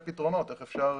פתרונות ואיך אפשר